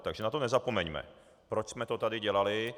Takže na to nezapomeňme, proč jsme to tady dělali.